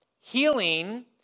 healing